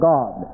God